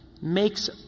makes